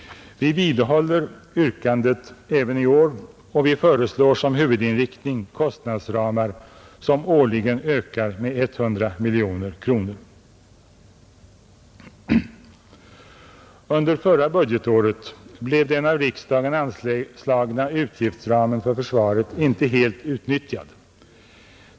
Vi vidhåller yrkandet även i år och föreslår som huvudinriktning kostnadsramar som årligen ökar med 100 miljoner kronor. Under förra budgetåret blev den av riksdagen anslagna utgiftsramen för försvaret inte helt utnyttjad.